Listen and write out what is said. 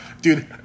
Dude